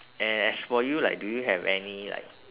and as for you like do you have any like